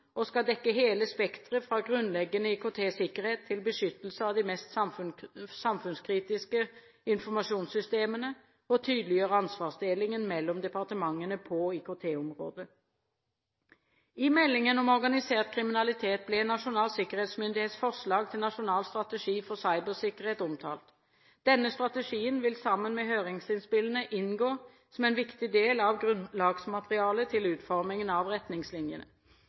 og skal dekke hele spekteret fra grunnleggende IKT-sikkerhet til beskyttelse av de mest samfunnskritiske informasjonssystemene, og tydeliggjøre ansvarsdelingen mellom departementene på IKT-området. I meldingen om organisert kriminalitet ble Nasjonal sikkerhetsmyndighets forslag til nasjonal strategi for cybersikkerhet omtalt. Denne strategien vil sammen med høringsinnspillene inngå som en viktig del av grunnlagsmaterialet til utformingen av retningslinjene.